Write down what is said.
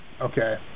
Okay